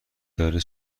داره